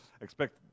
expect